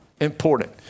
important